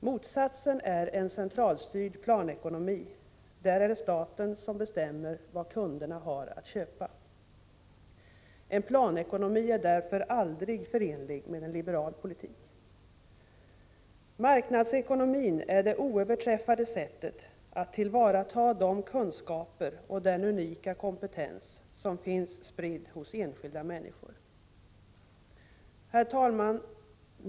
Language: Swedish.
Motsatsen är en centralstyrd planekonomi — där är det staten som bestämmer vad kunderna har att köpa. En planekonomi är därför aldrig förenlig med liberal politik. Att tillämpa marknadsekonomin är det oöverträffade sättet att tillvarata den kunskap och den unika kompetens som finns spridd bland enskilda människor. Herr talman!